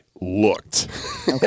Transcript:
looked